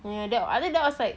you know that I think that was like